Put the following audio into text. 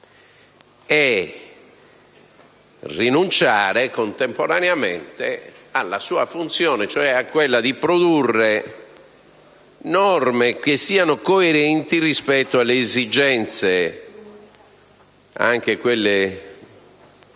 a rinunciare, contemporaneamente, alla sua funzione di produrre norme che siano coerenti rispetto alle esigenze, anche quelle